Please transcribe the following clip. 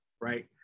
right